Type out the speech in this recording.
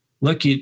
look